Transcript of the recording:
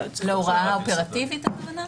להוראה אופרטיבית הכוונה?